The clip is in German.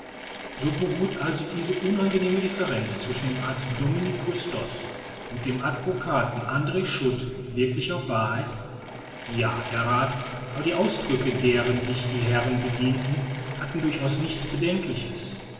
so beruht also diese unangenehme differenz zwischen dem arzt dominique custos und dem advocaten andr schut wirklich auf wahrheit ja herr rath aber die ausdrücke deren sich die herren bedienten hatten durchaus nichts bedenkliches